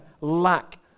lack